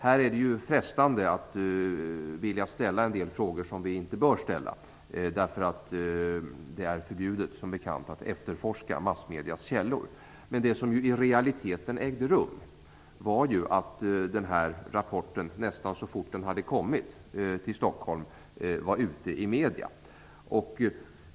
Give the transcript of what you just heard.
Här är det ju frestande att vilja ställa en del frågor som vi inte bör ställa, eftersom det som bekant är förbjudet att efterforska massmediernas källor. Det som i realiteten ägde rum var ju att rapporten, nästan så fort den hade kommit till Stockholm, var ute i medierna.